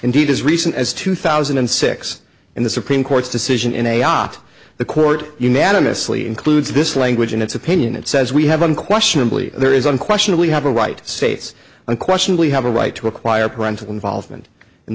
indeed as recent as two thousand and six in the supreme court's decision in a yacht the court unanimously includes this language in its opinion it says we have unquestionably there is unquestionably have a right states unquestionably have a right to require parental involvement in